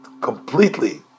completely